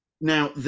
Now